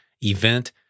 event